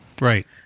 right